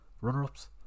Runner-ups